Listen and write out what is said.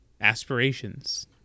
aspirations